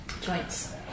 joints